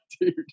dude